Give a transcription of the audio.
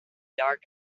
dark